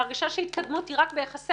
וההרגשה היא שההתקדמות היא רק ביחסי